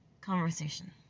conversation